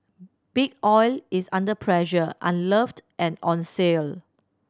Big Oil is under pressure unloved and on sale